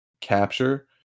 capture